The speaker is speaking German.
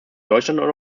deutschland